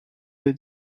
the